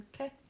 Okay